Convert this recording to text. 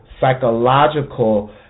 psychological